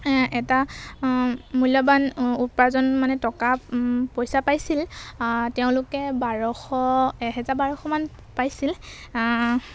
এটা মূল্যৱান উপাৰ্জন মানে টকা পইচা পাইছিল তেওঁলোকে বাৰশ এহেজাৰ বাৰশমান পাইছিল